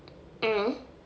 mm